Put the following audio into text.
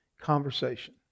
conversation